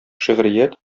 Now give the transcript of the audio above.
шигърият